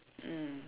mm